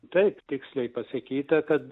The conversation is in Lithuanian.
taip tiksliai pasakyta kad